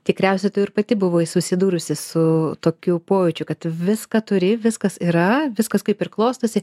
tikriausiai tu ir pati buvai susidūrusi su tokiu pojūčiu kad viską turi viskas yra viskas kaip ir klostosi